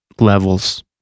levels